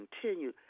continue